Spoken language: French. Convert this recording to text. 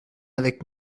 avec